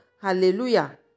Hallelujah